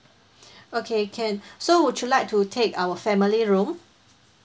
okay can so would you like to take our family room